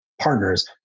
partners